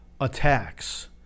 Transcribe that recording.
attacks